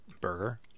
burger